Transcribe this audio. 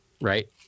right